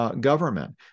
government